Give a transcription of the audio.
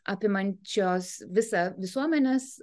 apimančios visą visuomenės